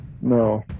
No